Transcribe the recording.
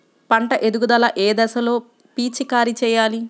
పంట ఎదుగుదల ఏ దశలో పిచికారీ చేయాలి?